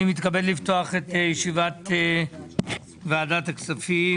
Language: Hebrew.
אני מתכבד לפתוח את ישיבת ועדת הכספים.